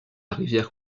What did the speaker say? rivière